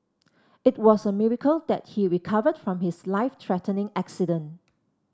it was a miracle that he recovered from his life threatening accident